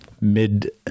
mid